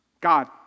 God